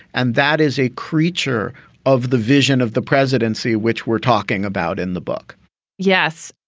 and that is a creature of the vision of the presidency, which we're talking about in the book yes,